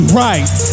right